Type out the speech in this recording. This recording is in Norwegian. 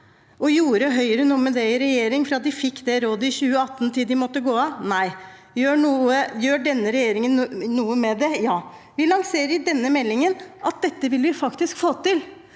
Gjorde Høyre noe med det i regjering fra de fikk det rådet i 2018 til de måtte gå av? Nei. Gjør denne regjeringen noe med det? Ja. Vi lanserer i denne meldingen at dette vil vi faktisk få til.